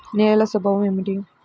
నేలల స్వభావం ఏమిటీ?